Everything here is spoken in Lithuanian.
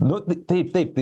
nu taip taip